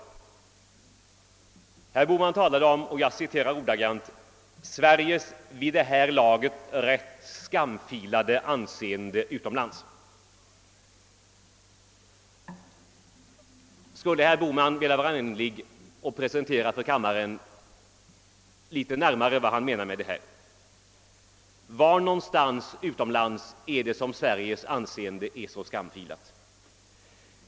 Herr Bohman talade om >»Sveriges vid det här laget rätt skamfilade anseende utomlands». Skulle herr Bohman vilja vara vänlig att presentera för kammaren litet närmare vad han menar med detta? Var någonstans utomlands är det som Sveriges anseende är så skamfilat?